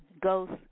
Ghost